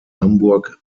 hamburg